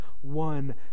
one